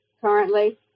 currently